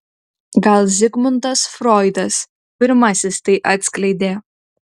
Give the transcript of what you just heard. gal zigmundas froidas pirmasis tai atskleidė